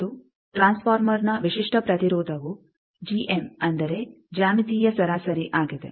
ಮತ್ತು ಟ್ರಾನ್ಸ್ ಫಾರ್ಮರ್ನ ವಿಶಿಷ್ಟ ಪ್ರತಿರೋಧವು ಜಿಎಮ್ ಅಂದರೆ ಜ್ಯಾಮಿತೀಯ ಸರಾಸರಿ ಆಗಿದೆ